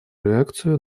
реакцию